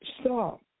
Stop